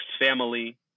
family